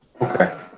okay